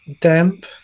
damp